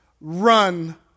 run